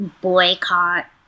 boycott